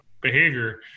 behavior